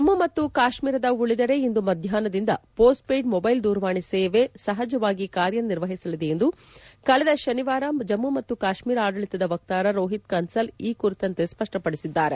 ಜಮ್ಮ ಮತ್ತು ಕಾಶ್ಮೀರದ ಉಳಿದೆಡೆ ಇಂದು ಮಧ್ಯಾಷ್ನದಿಂದ ಪೋಸ್ಟ್ ಪೇಯ್ಡ್ ಮೊಬೈಲ್ ದೂರವಾಣಿ ಸೇವೆ ಸಹಜವಾಗಿ ಕಾರ್ಯನಿರ್ವಹಿಸಲಿದೆ ಎಂದು ಕಳೆದ ಶನಿವಾರ ಜಮ್ಮ ಮತ್ತು ಕಾಶ್ಮೀರ ಆಡಳಿತದ ವಕ್ತಾರ ರೋಹಿತ್ ಕನ್ಸಲ್ ಈ ಕುರಿತಂತೆ ಸ್ಪಷ್ಟಪಡಿಸಿದ್ದಾರೆ